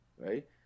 right